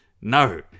No